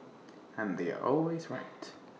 and they are always right